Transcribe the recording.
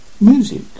Music